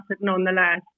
nonetheless